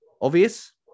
Obvious